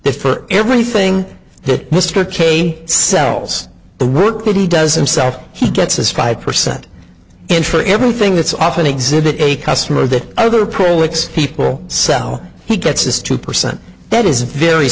it for everything that mr kay sells the work that he does him self he gets his five percent and for everything that's often exhibit a customer that other prolix people sell he gets this two percent that is very